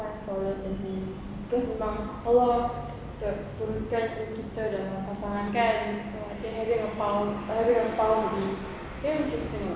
find solace in him cause memang allah turunkan kita dalam pasangan kan so I think having a spouse would be very interesting lah